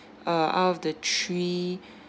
uh out of the three